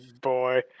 boy